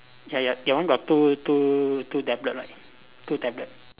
ya ya your one got two two two tablet right two tablet